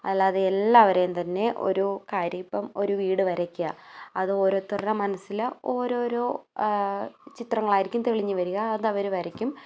അല്ലാതെ എല്ലാവരെയും തന്നെ ഒരു കാര്യം ഇപ്പോൾ ഒരു വീട് വരയ്ക്കുക അത് ഓരോരുത്തരുടെ മനസ്സിലെ ഓരോരോ ചിത്രങ്ങളായിരിക്കും തെളിഞ്ഞ് വരിക അതവർ വരക്കും